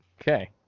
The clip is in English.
okay